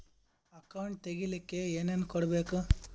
Account ತೆಗಿಲಿಕ್ಕೆ ಏನೇನು ಕೊಡಬೇಕು?